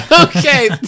okay